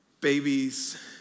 babies